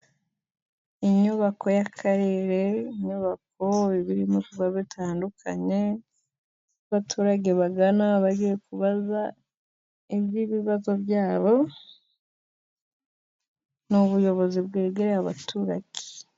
Inyubako y'akarere ni inyubako iba irimo ibikorwa bitandukanye, abaturage bagana a bagiye kubaza iby'ibibazo byabo n'ubuyobozi bwegereye abaturage.